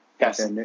Yes